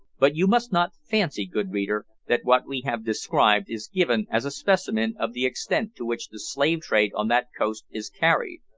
but you must not fancy, good reader, that what we have described is given as a specimen of the extent to which the slave-trade on that coast is carried.